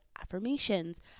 affirmations